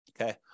Okay